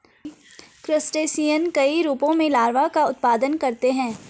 crustacean कई रूपों में लार्वा का उत्पादन करते हैं